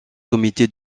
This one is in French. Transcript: comité